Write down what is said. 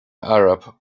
arab